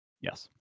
Yes